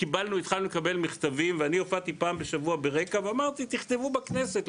התחלנו לקבל מכתבים ואני הופעתי פעם בשבוע ברק"ע ואמרתי: תכתבו לכנסת,